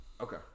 Okay